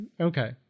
Okay